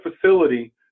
facility